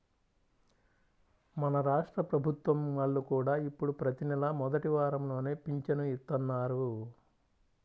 మన రాష్ట్ర ప్రభుత్వం వాళ్ళు కూడా ఇప్పుడు ప్రతి నెలా మొదటి వారంలోనే పింఛను ఇత్తన్నారు